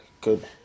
good